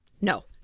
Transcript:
no